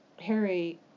Harry